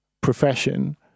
profession